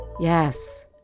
Yes